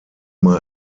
man